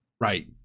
Right